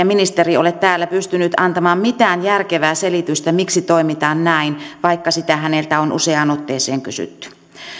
ministeri ole täällä pystynyt antamaan mitään järkevää selitystä miksi toimitaan näin vaikka sitä häneltä on useaan otteeseen kysytty